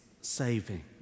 saving